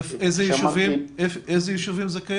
באיזה ישובים זה קיים?